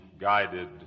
guided